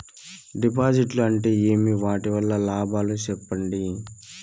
డిపాజిట్లు అంటే ఏమి? వాటి వల్ల లాభాలు సెప్పండి?